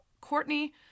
Courtney